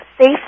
safe